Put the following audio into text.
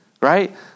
right